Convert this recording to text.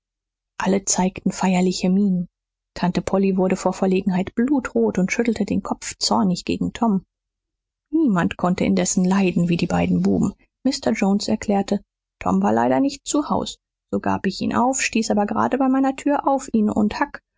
alle zeigten feierliche mienen tante polly wurde vor verlegenheit blutrot und schüttelte den kopf zornig gegen tom niemand konnte indessen leiden wie die beiden buben mr jones erklärte tom war leider nicht zu haus so gab ich ihn auf stieß aber gerade bei meiner tür auf ihn und huck